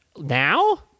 Now